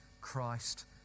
Christ